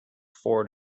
forward